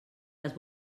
les